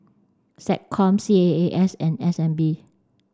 SecCom C A A S and S N B